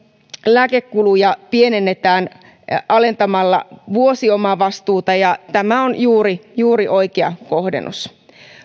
lääkekuluja pienennetään alentamalla vuosiomavastuuta ja tämä on juuri juuri oikea kohdennus